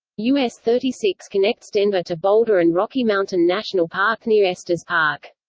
us thirty six connects denver to boulder and rocky mountain national park near estes park.